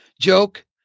joke